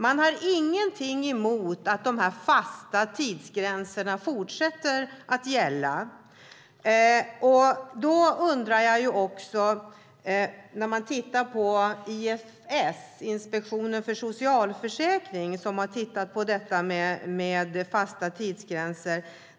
Man har ingenting emot att de fasta tidsgränserna fortsätter att gälla. IFS, Inspektionen för socialförsäkringen, har tittat på fasta tidsgränser.